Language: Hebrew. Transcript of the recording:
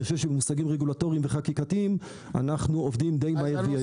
אני חושב שבמושגים רגולטוריים וחקיקתיים אנחנו עובדים די מהר ויעיל.